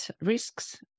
risks